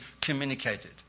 communicated